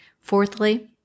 Fourthly